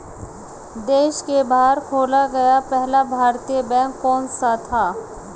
देश के बाहर खोला गया पहला भारतीय बैंक कौन सा था?